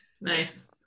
Nice